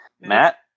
Matt